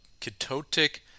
ketotic